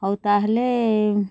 ହଉ ତା'ହେଲେ